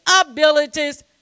abilities